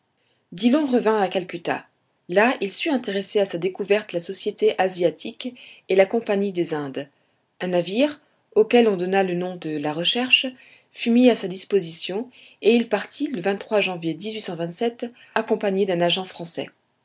dillon revint à calcutta là il sut intéresser à sa découverte la société asiatique et la compagnie des indes un navire auquel on donna le nom de la recherche fut mis à sa disposition et il partit le janvier accompagné d'un agent français